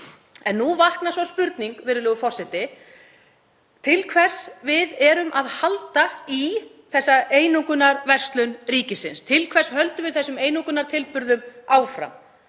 Nú vaknar sú spurning, virðulegur forseti: Til hvers erum við að halda í þessa einokunarverslun ríkisins? Til hvers höldum við þessum einokunartilburðum áfram?